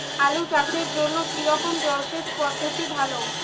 আলু চাষের জন্য কী রকম জলসেচ পদ্ধতি ভালো?